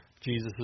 Jesus